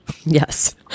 Yes